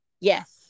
Yes